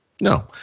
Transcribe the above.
No